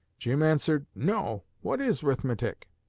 jim answered, no what is rithmetic?